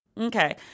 Okay